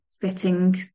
fitting